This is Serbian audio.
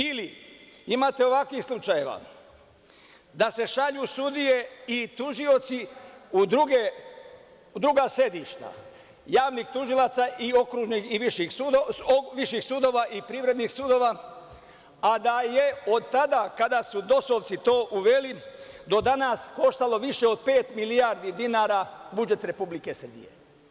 Ili imate ovakvih slučajeva da se šalju sudije i tužioci u druga sedišta javnih tužilaca i viših sudova i privrednih sudova, a da je od tada kada su dosovci to uveli do danas koštalo više od pet milijardi dinara budžet Republike Srbije.